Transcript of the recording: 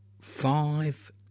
five